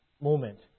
moment